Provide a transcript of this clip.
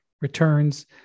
returns